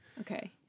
Okay